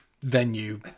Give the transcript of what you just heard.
venue